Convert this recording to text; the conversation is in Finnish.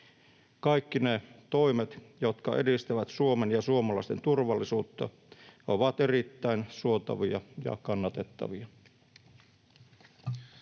Kaikki ne toimet, jotka edistävät Suomen ja suomalaisten turvallisuutta, ovat erittäin suotavia ja kannatettavia.